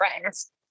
friends